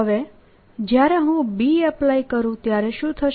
હવે જ્યારે હું B એપ્લાય કરું ત્યારે શું થશે